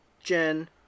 Jen